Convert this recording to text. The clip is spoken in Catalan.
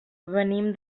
venim